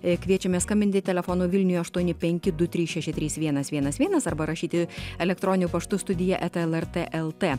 kviečiame skambinti telefonu vilniuje aštuoni penki du trys šeši trys vienas vienas vienas arba rašyti elektroniniu paštu studija eta lrt lt